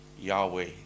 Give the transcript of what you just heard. Yahweh